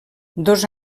dos